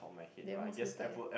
they most hated eh